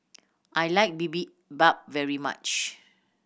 I like Bibimbap very much